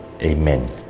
Amen